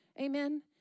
Amen